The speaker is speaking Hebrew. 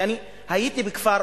אני הייתי בכפר,